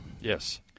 Yes